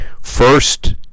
first